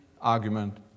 argument